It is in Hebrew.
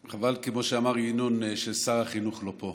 חבל, כמו שאמר ינון, ששר החינוך לא פה.